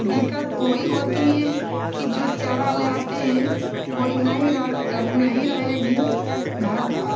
दिक्कत वही होती है कि जो चारा ले आते हैं कोई नहीं रह नहीं रहेगी घर पर